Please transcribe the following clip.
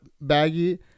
baggy